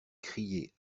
crier